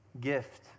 gift